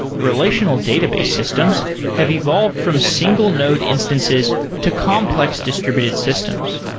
relational database systems have evolved from single node instances to complex distributed systems.